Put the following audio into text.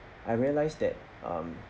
I realise that um